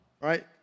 right